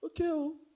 Okay